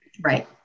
Right